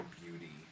beauty